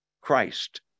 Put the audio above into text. Christ